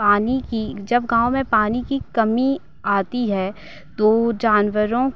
पानी की जब गाँव में पानी की कमी आती है तो जानवरों